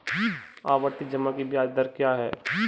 आवर्ती जमा की ब्याज दर क्या है?